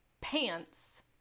pants